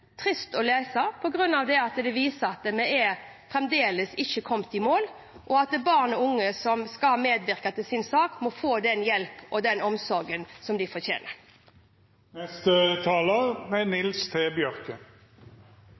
trist å lese, for den viser at vi fremdeles ikke har kommet i mål. Barn og unge som skal medvirke i sin sak, må få den hjelpen og omsorgen de